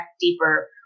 deeper